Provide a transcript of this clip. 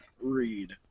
read